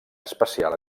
especial